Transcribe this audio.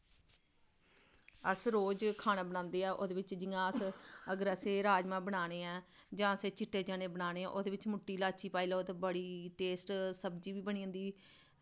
अस रोज़ खाना बनांदे आ ओह्दे च जि'यां अस अगर असें राजमाह बनाने आ जां भी चिट्टे चने बनाने आं तां ओह्दे च मुट्टी लाची पाई लैओ ते बड़ी टेस्ट सब्ज़ी बी बनी जंदी